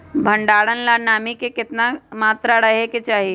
भंडारण ला नामी के केतना मात्रा राहेके चाही?